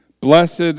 Blessed